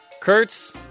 Kurtz